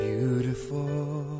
Beautiful